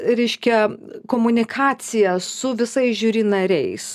reiškia komunikaciją su visais žiuri nariais